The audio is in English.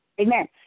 Amen